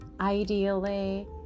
Ideally